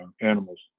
animals